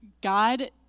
God